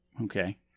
Okay